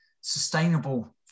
sustainable